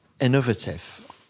innovative